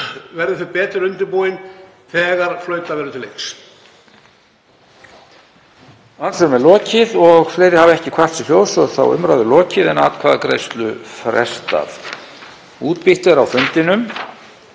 verði þau betur undirbúin þegar flautað verður til leiks.